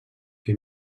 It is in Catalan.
que